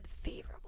Favorable